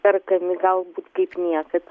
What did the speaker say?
perkami galbūt kaip niekad